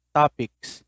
topics